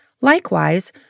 Likewise